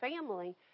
family